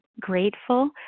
grateful